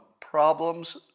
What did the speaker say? problems